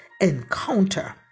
encounter